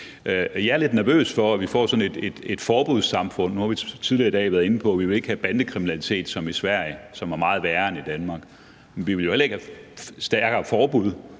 Jeg er lidt nervøs for, at vi får sådan et forbudssamfund. Nu har vi tidligere i dag været inde på, at vi ikke vil have bandekriminalitet som i Sverige, som er meget værre end i Danmark. Men vi vil jo heller ikke have stærkere forbud